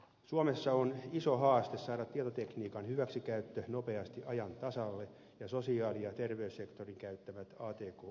suomessa on iso haaste saada tietotekniikan hyväksikäyttö nopeasti ajan tasalle ja sosiaali ja terveyssektorin käyttämät atk ohjelmat yhteensopiviksi